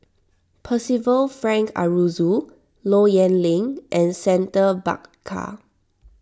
Percival Frank Aroozoo Low Yen Ling and Santha Bhaskar